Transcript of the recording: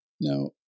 Now